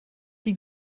die